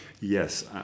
Yes